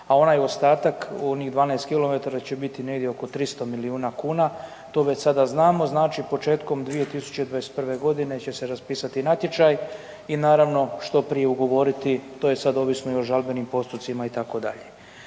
a onaj ostatak, onih 12 kilometara će biti negdje oko 300 milijuna kuna, to već sada znamo. Znači početkom 2021.g. će se raspisati natječaj i naravno što prije ugovoriti, to je sad ovisno i o žalbenim postocima itd.